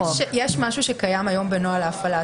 יש משהו שקיים היום בנוהל ההפעלה.